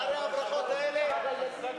אחרי הברכות האלה,